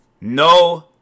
No